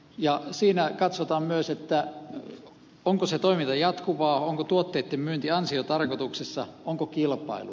ja siinä katsotaan myös onko se toiminta jatkuvaa onko tuotteiden myynti ansiotarkoituksessa onko kilpailua